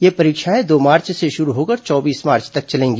ये परीक्षाएं दो मार्च से शुरू होकर चौबीस मार्च तक चलेगी